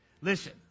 Listen